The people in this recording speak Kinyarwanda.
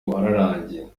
wararangiye